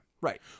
Right